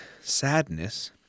sadness